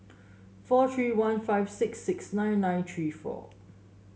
four three one five six six nine nine three four